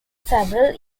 several